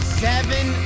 seven